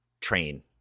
train